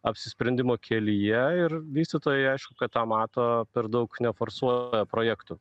apsisprendimo kelyje ir vystytojai aišku kad tą mato per daug neforsuoja projektų